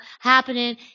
happening